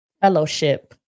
fellowship